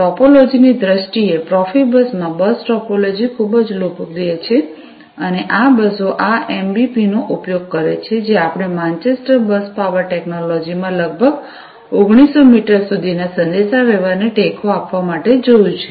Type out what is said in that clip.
ટોપોલોજીની દ્રષ્ટિએ પ્રોફેબસમાં bus topology ખૂબ જ લોકપ્રિય છે અને આ બસો આ એમબીપીનો ઉપયોગ કરે છે જે આપણે માન્ચેસ્ટર બસ પાવર ટેક્નોલોજીમાં લગભગ 1900 મીટર સુધીના સંદેશાવ્યવહારને ટેકો આપવા માટે જોયું છે